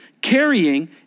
Carrying